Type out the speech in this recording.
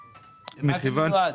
למה זה מיועד?